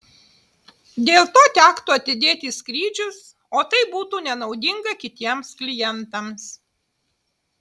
dėl to tektų atidėti skrydžius o tai būtų nenaudinga kitiems klientams